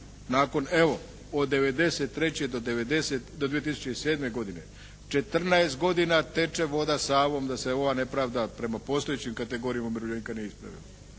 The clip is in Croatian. nakon evo od '93. do 2007. četrnaest godina teče voda Savom da se ova nepravda prema postojećim kategorijama ne ispravlja.